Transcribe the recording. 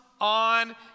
on